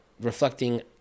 reflecting